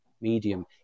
medium